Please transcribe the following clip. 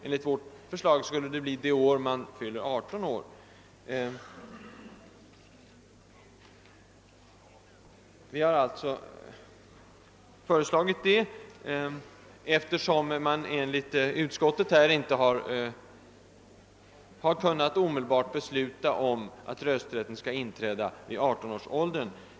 Enligt vårt förslag skulle det bli det år man fyller 18 år. Enligt utskottet har det inte varit möjligt att omedelbart besluta om att rösträtten skall inträda vid 18 års ålder.